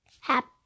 Happy